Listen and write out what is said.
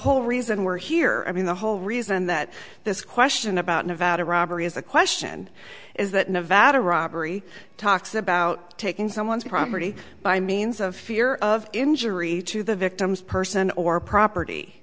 whole reason we're here i mean the whole reason that this question about nevada robbery is a question is that nevada robbery talks about taking someone's property by means of fear of injury to the victim's person or property